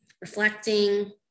reflecting